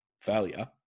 failure